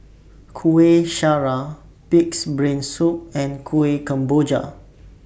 Kueh Syara Pig'S Brain Soup and Kuih Kemboja